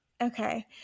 Okay